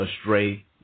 astray